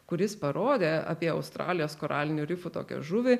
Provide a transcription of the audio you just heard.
kuris parodė apie australijos koralinių rifų tokią žuvį